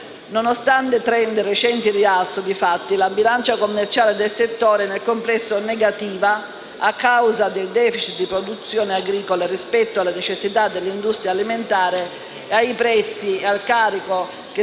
Nonostante *trend* recenti in rialzo, di fatti, la bilancia commerciale del settore è nel complesso negativa a causa del *deficit* di produzioni agricole rispetto alle necessità dell'industria alimentare e al carico che